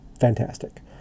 fantastic